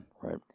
right